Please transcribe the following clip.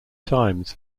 times